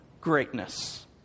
greatness